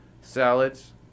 salads